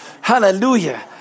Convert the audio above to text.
Hallelujah